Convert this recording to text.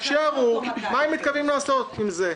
שיראו מה הם מתכוונים לעשות עם זה,